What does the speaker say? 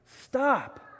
Stop